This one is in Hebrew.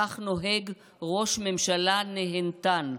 כך נוהג ראש ממשלה נהנתן.